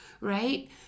Right